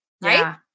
Right